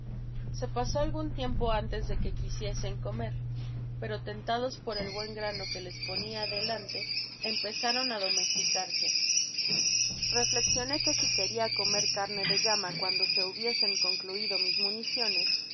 se paso algun tiempo antes de que quisiesen comer pero tentados por el buen grano que les ponia delante empezaron á domesticarse reflexione que si queria comer carne de llama cuando se hubiesen concluido mis municiones